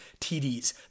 TDs